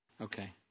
Okay